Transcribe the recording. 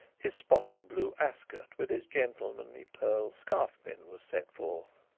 his spotted blue ascot, with its gentlemanly pearl scarfpin, was set forth,